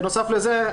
בנוסף לזה,